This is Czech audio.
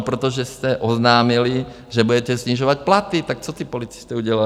Protože jste oznámili, že budete snižovat platy, tak co ti policisté udělali?